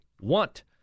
want